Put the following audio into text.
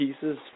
pieces